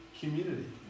community